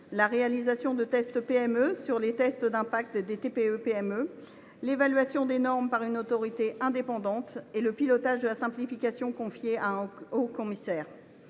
la réalisation de « tests PME » sur les textes ayant un impact sur les TPE et les PME, l’évaluation des normes par une autorité indépendante et le pilotage de la simplification confié à un haut commissaire.